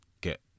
get